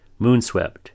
Moonswept